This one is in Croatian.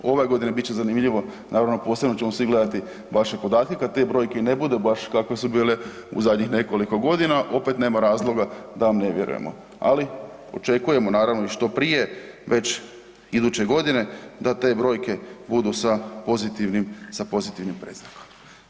Ove godine bit će zanimljivo naravno posebno ćemo svi gledati vaše podatke kad te brojke ne budu baš kako su bile u zadnjih nekoliko godina, opet nema razloga da vam ne vjerujemo, ali očekujemo naravno i što prije, već iduće godine da te brojke budu sa pozitivnim, sa pozitivnim predznakom.